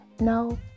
No